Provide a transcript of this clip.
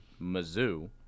Mizzou